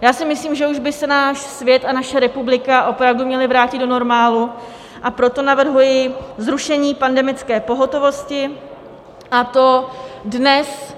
Já si myslím, že už by se náš svět a naše republika opravdu měly vrátit do normálu, a proto navrhuji zrušení pandemické pohotovosti, a to dnes